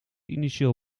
initieel